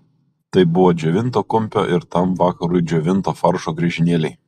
tai buvo džiovinto kumpio ir tam vakarui džiovinto faršo griežinėliai